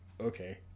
Okay